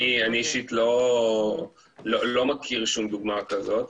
אני אישית לא מכיר שום דוגמה כזאת,